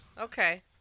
Okay